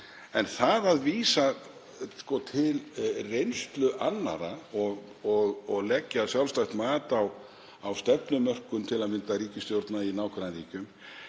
Það að vísa til reynslu annarra og leggja sjálfstætt mat á stefnumörkun, til að mynda ríkisstjórna í nágrannaríkjum,